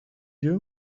you